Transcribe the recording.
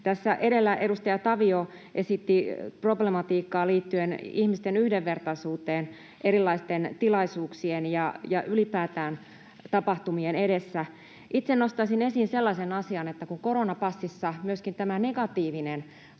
Tässä edellä edustaja Tavio esitti problematiikkaa liittyen ihmisten yhdenvertaisuuteen erilaisten tilaisuuksien ja ylipäätään tapahtumien edessä. Itse nostaisin esiin sellaisen asian, että kun koronapassissa myöskin tämä negatiivinen